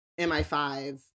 MI5